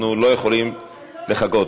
אנחנו לא יכולים לחכות.